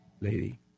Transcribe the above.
lady